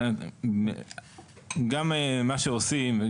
גם מה שעושים,